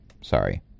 Sorry